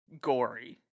gory